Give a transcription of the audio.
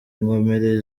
inkomere